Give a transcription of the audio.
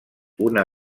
una